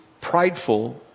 prideful